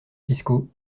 fiscaux